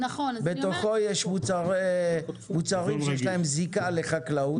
בתוכו יש מוצרים שיש להם זיקה לחקלאות.